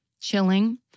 chilling